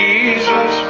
Jesus